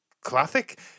Classic